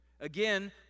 again